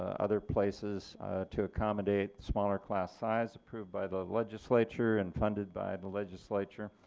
other places to accommodate smaller class size approved by the legislature and funded by the legislature.